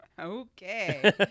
Okay